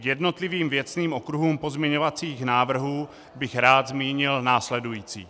K jednotlivým věcným okruhům pozměňovacích návrhů bych rád zmínil následující.